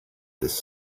this